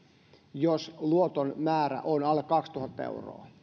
jos luoton määrä on alle kaksituhatta euroa